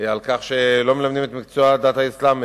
על כך שהם לא מלמדים את מקצוע דת האסלאם,